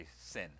sin